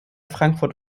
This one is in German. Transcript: frankfurt